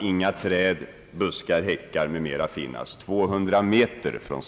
Inga träd, bus kar, häckar m.m. får finnas inom 200 meter från